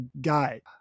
Guide